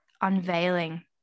unveiling